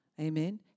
Amen